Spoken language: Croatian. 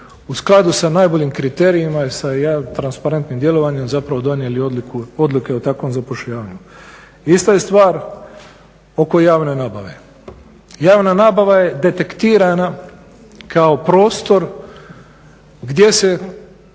u skladu sa najboljim kriterijima i sa transparentnim djelovanjem zapravo donijeli odluke o takvom zapošljavanju. Ista je stvar oko javne nabave. Javna nabava je detektirana kao prostor gdje se